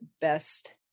best